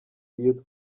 iyo